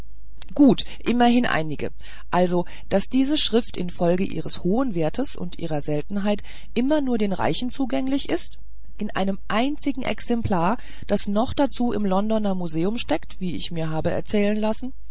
gut immerhin einige also daß diese schrift infolge ihres hohen wertes und ihrer seltenheit wieder nur den reichen zugänglich ist in einem einzigen exemplar das noch dazu im londoner museum steckt wie ich mir habe erzählen lassen